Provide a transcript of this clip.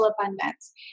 abundance